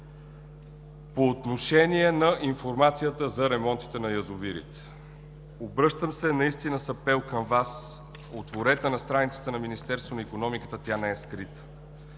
По отношение на информацията за ремонтите на язовирите. Обръщам се с апел към Вас: отворете страницата на Министерството на икономиката, тя не е скрита.